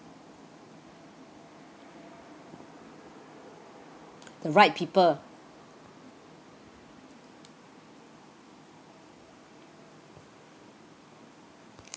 the right people